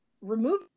remove